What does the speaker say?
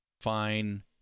fine